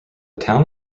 town